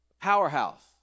powerhouse